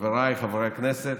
חבריי חברי הכנסת,